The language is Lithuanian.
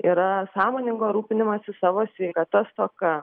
yra sąmoningo rūpinimosi savo sveikata stoka